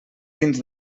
dins